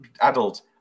adult